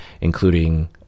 including